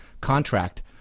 contract